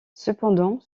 cependant